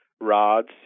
rods